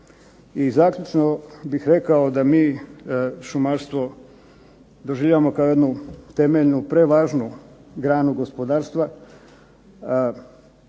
zaključno bih rekao da mi šumarstvo doživljavamo kao jednu temeljnu prevažnu granu gospodarstva,